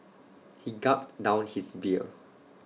he gulped down his beer